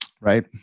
Right